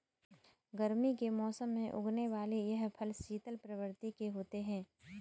गर्मी के मौसम में उगने वाले यह फल शीतल प्रवृत्ति के होते हैं